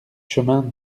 chemin